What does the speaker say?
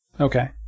Okay